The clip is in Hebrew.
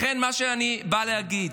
לכן, מה שאני בא להגיד,